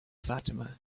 fatima